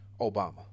Obama